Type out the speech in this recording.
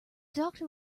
doctor